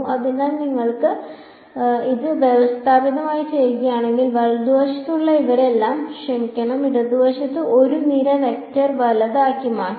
അതിനാൽ നിങ്ങൾ ഇത് വ്യവസ്ഥാപിതമായി ചെയ്യുകയാണെങ്കിൽ വലതുവശത്തുള്ള ഇവരെല്ലാം ക്ഷമിക്കണം ഇടതുവശത്ത് ഒരു നിര വെക്റ്റർ വലത് ആക്കി മാറ്റാം